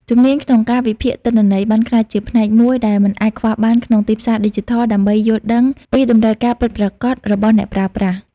ជំនាញក្នុងការវិភាគទិន្នន័យ បានក្លាយជាផ្នែកមួយដែលមិនអាចខ្វះបានក្នុងទីផ្សារឌីជីថល ដើម្បីយល់ដឹងពីតម្រូវការពិតប្រាកដរបស់អ្នកប្រើប្រាស់។